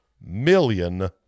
million